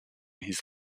his